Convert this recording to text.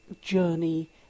journey